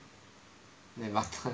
they butter